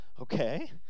okay